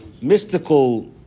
mystical